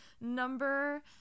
Number